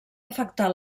afectar